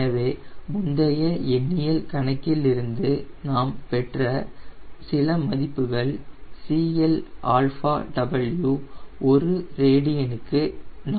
எனவே முந்தைய எண்ணியல் கணக்கில் இருந்து நாம் பெற்ற சில மதிப்புகள் CLW ஒரு ரேடியனுக்கு 4